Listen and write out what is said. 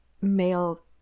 male